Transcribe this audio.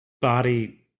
body